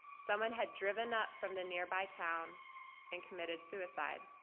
someone had driven up from the nearby town and committed suicide.